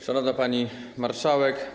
Szanowna Pani Marszałek!